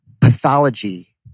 pathology